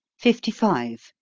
fifty five.